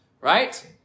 right